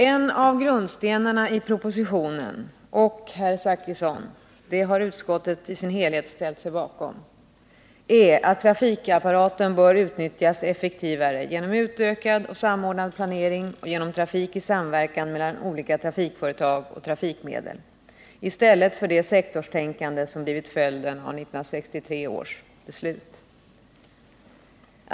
En av grundstenarna i propositionen — och, herr Zachrisson, det har utskottet i sin helhet ställt sig bakom — är att trafikapparaten bör utnyttjas effektivare genom utökad och samordnad planering och genom trafik i samverkan mellan olika trafikföretag och trafikmedel i stället för det sektorstänkande som blivit följden av 1963 års beslut.